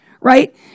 right